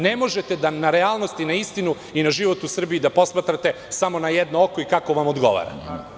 Ne možete na realnost i na istinu i na život u Srbiji da posmatrate samo na jedno oko i kako vam odgovara.